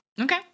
Okay